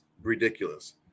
ridiculous